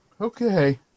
Okay